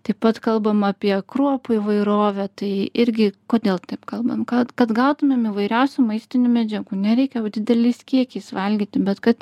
taip pat kalbam apie kruopų įvairovę tai irgi kodėl taip kalbam kad kad gautumėm įvairiausių maistinių medžiagų nereikia dideliais kiekiais valgyti bet kad